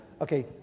Okay